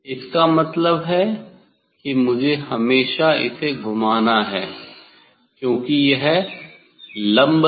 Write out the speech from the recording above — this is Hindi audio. इसका मतलब है कि मुझे हमेशा इसे घुमाना है क्योंकि यह लम्ब है